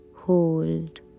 Hold